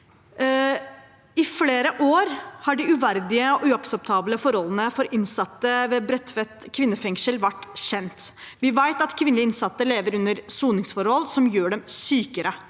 I flere år har de uverdige og uakseptable forholdene for innsatte i Bredtveit kvinnefengsel vært kjent. Vi vet at kvinnelige innsatte lever under soningsforhold som gjør dem sykere.